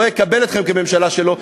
לא יקבל אתכם כממשלה שלו.